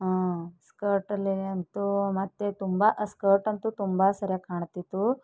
ಸ್ಕರ್ಟಲ್ಲಿ ಅಂತೂ ಮತ್ತು ತುಂಬ ಸ್ಕರ್ಟ್ ಅಂತೂ ತುಂಬ ಸರಿಯಾಗಿ ಕಾಣ್ತಿತ್ತು